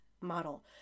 model